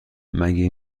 مگه